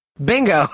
Bingo